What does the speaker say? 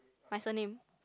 my surname